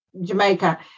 Jamaica